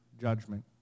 judgment